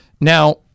Now